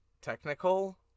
technical